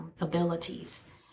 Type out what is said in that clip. abilities